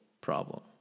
problem